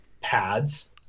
pads